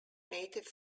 native